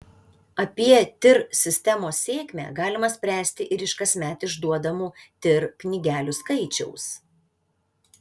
apie tir sistemos sėkmę galima spręsti ir iš kasmet išduodamų tir knygelių skaičiaus